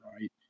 right